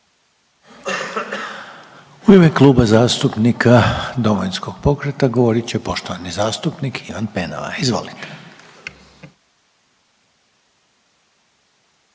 U ime Kluba zastupnika Domovinskog pokreta govorit će poštovani zastupnik Ivan Penava. Izvolite.